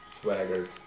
swaggered